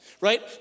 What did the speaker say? Right